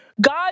God